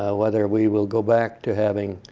ah whether we will go back to having